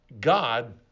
God